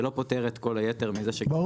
זה לא פותר את כל היתר- -- ברור.